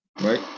right